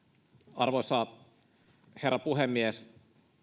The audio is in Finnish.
arvoisa herra puhemies